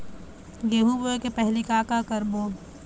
गेहूं बोए के पहेली का का करबो?